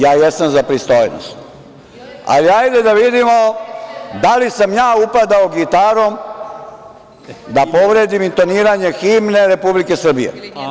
Ja jesam za pristojnost, ali ajde da vidimo, da li sam ja upadao gitarom da povredim intoniranje himne Republike Srbije?